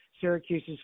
Syracuse's